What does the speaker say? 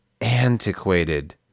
antiquated